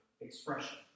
expression